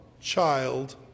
child